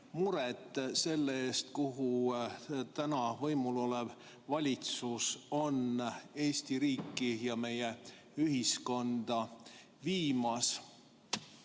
muret selle pärast, kuhu täna võimulolev valitsus on Eesti riiki ja meie ühiskonda viimas.